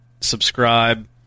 Subscribe